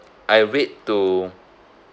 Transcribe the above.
I'll wait to